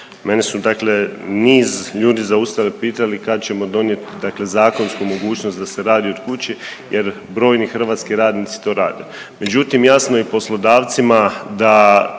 Mene su dakle niz ljudi zaustavili i pitali kad ćemo donijet zakonsku mogućnost da se radi od kuće jer brojni hrvatski radnici to rad.